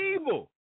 evil